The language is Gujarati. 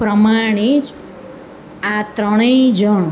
પ્રમાણે જ આ ત્રણેય જણ